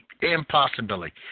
Impossibility